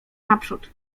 naprzód